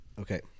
Okay